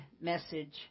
message